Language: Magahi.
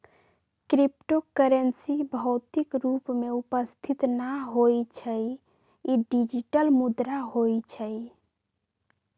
क्रिप्टो करेंसी भौतिक रूप में उपस्थित न होइ छइ इ डिजिटल मुद्रा होइ छइ